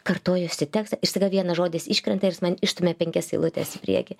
kartojuosi tekstą ir staiga vienas žodis iškrenta ir jis išstumia penkias eilutes į priekį